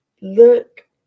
look